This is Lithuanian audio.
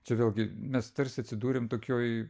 čia vėlgi mes tarsi atsidūrėm tokioj